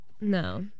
No